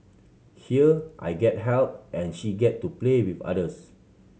here I get help and she get to play with others